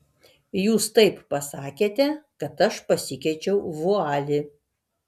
jūs taip pasakėte kad aš pasikeičiau vualį